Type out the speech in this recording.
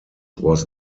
was